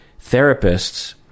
therapists